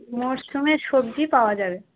মরশুমের সবজি পাওয়া যাবে